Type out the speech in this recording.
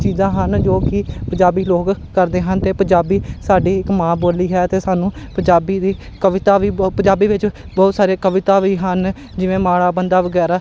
ਚੀਜ਼ਾਂ ਹਨ ਜੋ ਕਿ ਪੰਜਾਬੀ ਲੋਕ ਕਰਦੇ ਹਨ ਅਤੇ ਪੰਜਾਬੀ ਸਾਡੀ ਇੱਕ ਮਾਂ ਬੋਲੀ ਹੈ ਅਤੇ ਸਾਨੂੰ ਪੰਜਾਬੀ ਦੀ ਕਵਿਤਾ ਵੀ ਪੰਜਾਬੀ ਵਿੱਚ ਬਹੁਤ ਸਾਰੇ ਕਵਿਤਾ ਵੀ ਹਨ ਜਿਵੇਂ ਮਾੜਾ ਬੰਦਾ ਵਗੈਰਾ